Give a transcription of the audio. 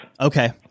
Okay